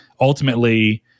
ultimately